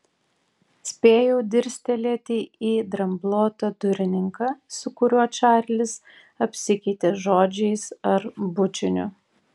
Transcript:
spėjau dirstelėti į dramblotą durininką su kuriuo čarlis apsikeitė žodžiais ar bučiniu